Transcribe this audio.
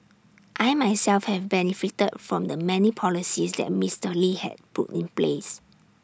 I myself have benefited from the many policies that Mister lee has put in place